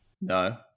No